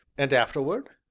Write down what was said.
and afterward?